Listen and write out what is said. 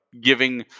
giving